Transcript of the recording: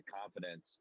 confidence